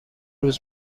روز